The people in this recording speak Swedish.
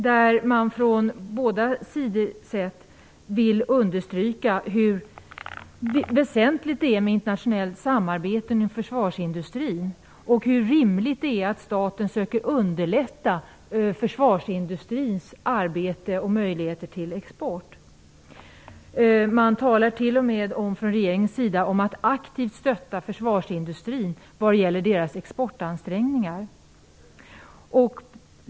Man vill från båda sidor understryka hur väsentligt det är med internationellt samarbete inom försvarsindustrin och hur rimligt det är att staten söker underlätta försvarsindustrins arbete och möjligheter till export. Man talar t.o.m. från regeringens sida om att aktivt stötta försvarsindustrin vad gäller dess exportansträngningar.